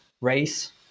race